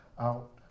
out